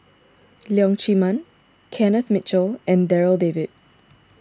Leong Chee Mun Kenneth Mitchell and Darryl David